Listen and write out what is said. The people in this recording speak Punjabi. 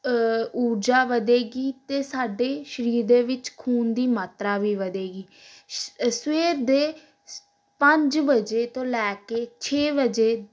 ਊਰਜਾ ਵਧੇਗੀ ਅਤੇ ਸਾਡੇ ਸਰੀਰ ਦੇ ਵਿੱਚ ਖੂਨ ਦੀ ਮਾਤਰਾ ਵੀ ਵਧੇਗੀ ਸ਼ ਸਵੇਰ ਦੇ ਪੰਜ ਵਜੇ ਤੋਂ ਲੈ ਕੇ ਛੇ ਵਜੇ